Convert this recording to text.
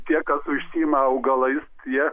tie kas užsiima augalais jie